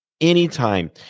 anytime